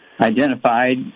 identified